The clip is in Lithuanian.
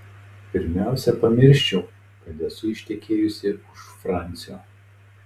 pirmiausia pamirščiau kad esu ištekėjusi už fransio